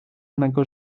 mego